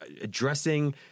addressing